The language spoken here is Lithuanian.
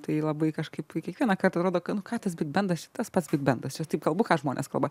tai labai kažkaip kiekvieną kartą rodo kad nu ką tas bigbendas čia tas pats bigbendas čia taip kalbu ką žmonės kalba